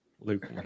Luke